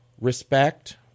respect